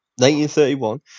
1931